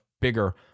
bigger